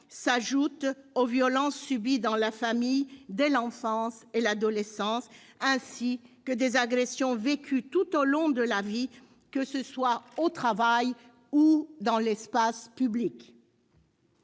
s'ajoutent aux violences subies au sein de la famille dès l'enfance et l'adolescence, ainsi qu'aux agressions tout au long de la vie, au travail ou dans l'espace public.